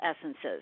essences